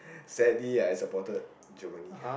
sadly I supported Germany